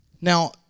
Now